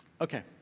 Okay